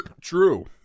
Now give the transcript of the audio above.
True